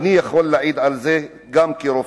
ואני יכול להעיד על זה גם כרופא.